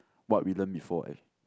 what we learn before eh